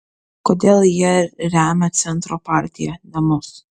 kodėl jie remia centro partiją ne mus